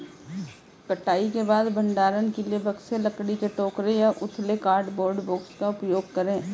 कटाई के बाद भंडारण के लिए बक्से, लकड़ी के टोकरे या उथले कार्डबोर्ड बॉक्स का उपयोग करे